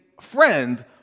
friend